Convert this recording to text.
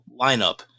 lineup